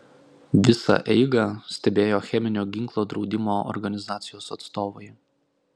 visą eigą stebėjo cheminio ginklo draudimo organizacijos atstovai